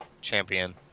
Champion